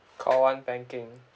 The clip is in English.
call one banking